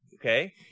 okay